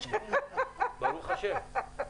ברוך השם.